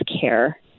care